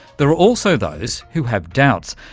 there are also those who have doubts,